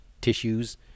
tissues